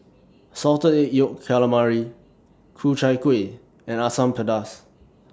Salted Egg Yolk Calamari Ku Chai Kueh and Asam Pedas